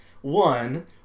one